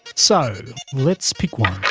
so let's pick one.